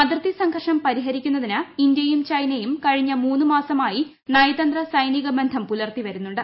അതിർത്തി സംഘർഷം പരിഹരിക്കുന്നതിന് ഇന്തൃയും ചൈനയും കഴിഞ്ഞ മൂന്ന് മാസമായി നയതന്ത്ര സൈനിക ബന്ധം പുലർത്തി വരുന്നുണ്ട്